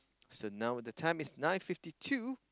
so now the time is nine fifty two